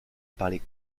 parler